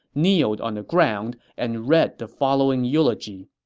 kneeled on the ground, and read the following eulogy.